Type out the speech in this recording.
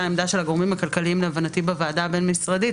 העמדה של הגורמים הכלכליים בוועדה בין-משרדית,